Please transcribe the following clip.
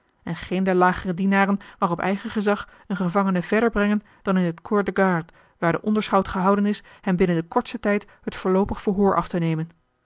en geen der lagere dienaren mag op eigen gezag een gevangene verder brengen dan in t corps de garde waar de onderschout gehouden is hem binnen den kortsten tijd het voorloopig verhoor af te nemen